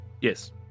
Yes